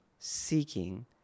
seeking